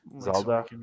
Zelda